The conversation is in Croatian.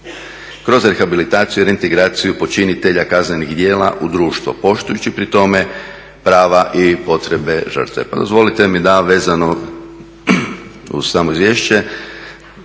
kroz rehabilitaciju, reintegraciju počinitelja kaznenih djela u društvo poštujući pri tome prava i potrebe žrtve.